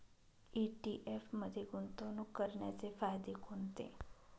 ETF मध्ये गुंतवणूक करण्याचे फायदे कोणते?